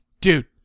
dude